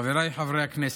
חבריי חברי הכנסת,